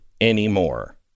anymore